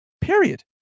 period